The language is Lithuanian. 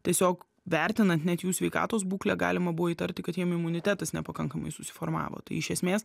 tiesiog vertinant net jų sveikatos būklę galima buvo įtarti kad jiem imunitetas nepakankamai susiformavo tai iš esmės